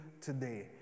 today